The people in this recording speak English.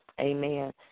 Amen